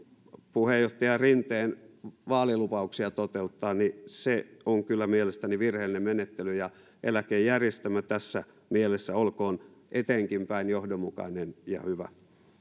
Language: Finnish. puheenjohtaja rinteen vaalilupauksia toteuttaa niin se on kyllä mielestäni virheellinen menettely eläkejärjestelmä tässä mielessä olkoon eteenkinpäin johdonmukainen ja hyvä